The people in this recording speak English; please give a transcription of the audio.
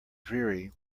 dreary